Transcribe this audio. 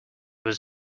was